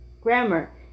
grammar